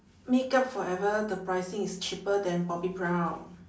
makeup forever the pricing is cheaper than bobbi brown